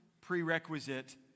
prerequisite